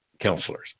counselors